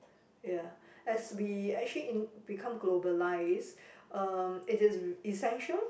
ya as we actually in become globalised uh it is essential